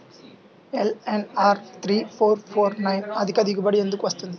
LNR three four four four nine అధిక దిగుబడి ఎందుకు వస్తుంది?